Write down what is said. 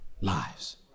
lives